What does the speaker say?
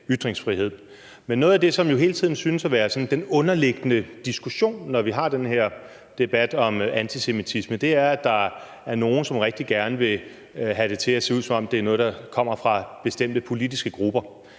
Men noget af det, som jo hele tiden synes at være den sådan underliggende diskussion, når vi har den her debat om antisemitisme, er, at der er nogle, som rigtig gerne vil have det til at se ud, som om det er noget, der kommer fra bestemte politiske grupper.